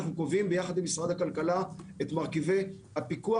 אנחנו קובעים יחד עם משרד הכלכלה את מרכיבי הפיקוח